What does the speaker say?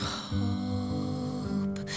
hope